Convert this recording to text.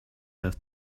have